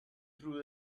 through